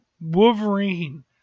Wolverine